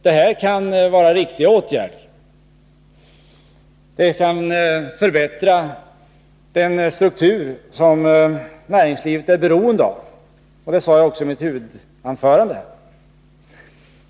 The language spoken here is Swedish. Det kan vara riktiga åtgärder som kan förbättra den struktur som näringslivet är beroende av, och det sade jag också i mitt huvudanförande.